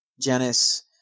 Janice